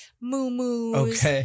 moo-moos